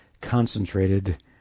concentrated